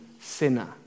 sinner